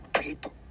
people